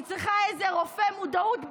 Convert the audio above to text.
אני צריכה איזה רופא מודעות בקהל,